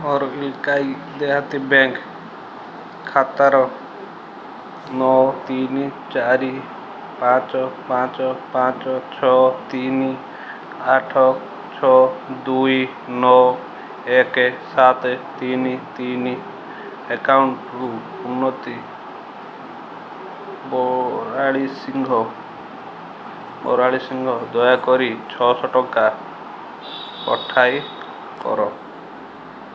ମୋର ଇଲକାଈ ଦେହାତୀ ବ୍ୟାଙ୍କ୍ ଖାତାର ନଅ ତିନି ଚାରି ପାଞ୍ଚ ପାଞ୍ଚ ପାଞ୍ଚ ଛଅ ତିନି ଆଠ ଛଅ ଦୁଇ ନଅ ଏକ ସାତ ତିନି ତିନି ଆକାଉଣ୍ଟରୁ ଉନ୍ନତି ବୟାଳସିଂହକୁ ଦୟାକରି ଛଅଶହ ଟଙ୍କା ପଇଠ କର